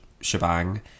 shebang